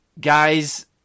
Guys